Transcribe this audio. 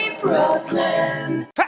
Brooklyn